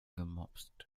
gemopst